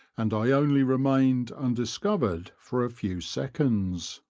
and i only remained undiscovered for a few seconds.